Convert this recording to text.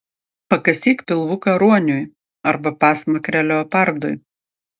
pakasyk pilvuką ruoniui arba pasmakrę leopardui